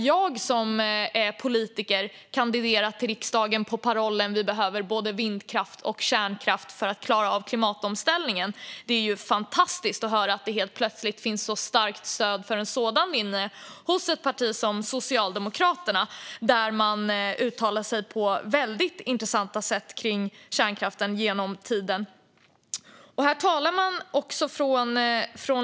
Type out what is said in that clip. Jag som är politiker kandiderade till riksdagen med parollen: Vi behöver både vindkraft och kärnkraft för att klara av klimatomställningen. Det är fantastiskt att höra att det helt plötsligt finns ett starkt stöd för en sådan linje hos ett parti som Socialdemokraterna, där man uttalat sig på väldigt intressanta sätt om kärnkraften genom tiden. Herr talman!